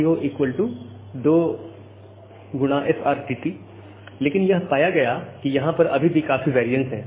RTO2SRTT लेकिन यह पाया गया कि यहां पर अभी भी काफी वैरियन्स है